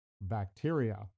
bacteria